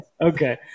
Okay